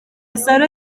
salon